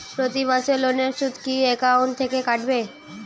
প্রতি মাসে লোনের সুদ কি একাউন্ট থেকে কাটবে?